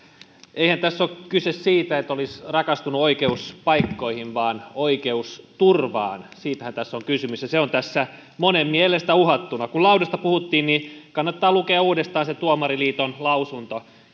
eihän tässä ole kyse siitä että olisi rakastunut oikeuspaikkoihin vaan oikeusturvaan siitähän tässä on kysymys ja se on tässä monen mielestä uhattuna kun laadusta puhuttiin niin kannattaa lukea uudestaan se tuomariliiton lausunto